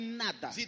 nada